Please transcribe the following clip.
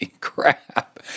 crap